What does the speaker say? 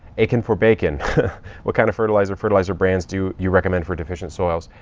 akinfor bacon what kind of fertilizer fertilizer brands do you recommend for deficient soils?